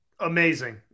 Amazing